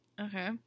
Okay